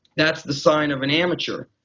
that's the sign of an amateur.